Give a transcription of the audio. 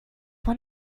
what